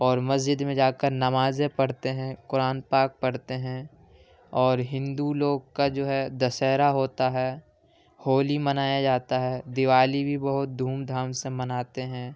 اور مسجد میں جا کر نمازیں پڑھتے ہیں قرآن پاک پڑھتے ہیں اور ہندو لوگ کا جو ہے دسہرہ ہوتا ہے ہولی منایا جاتا ہے دیوالی بھی بہت دھوم دھام سے مناتے ہیں